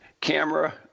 Camera